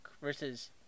versus